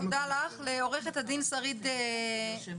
נפנה לעורכת הדין שרית דמיר-דבוש,